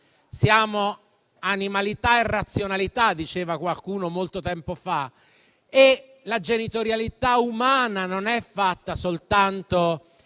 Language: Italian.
Siamo animalità e razionalità, diceva qualcuno molto tempo fa. La genitorialità umana non è fatta soltanto